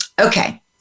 Okay